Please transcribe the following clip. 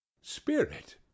Spirit